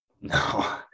No